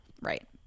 Right